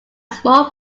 small